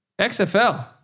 XFL